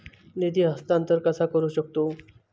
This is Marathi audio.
निधी हस्तांतर कसा करू शकतू?